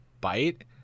bite